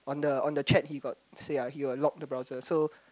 on the on the chat he got say ah he got lock the browser so